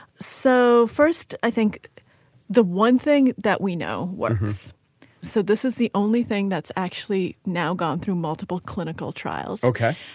so first i think the one thing that we know what is said this is the only thing that's actually now gone through multiple clinical trials. ok.